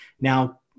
now